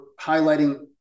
highlighting